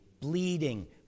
bleeding